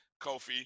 Kofi